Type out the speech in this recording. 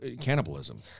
cannibalism